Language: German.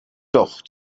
doch